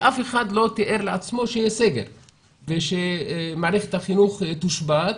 אף אחד לא תיאר לעצמו שיהיה סגר ושמערכת החינוך תושבת.